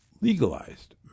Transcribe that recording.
legalized